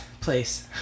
place